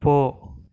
போ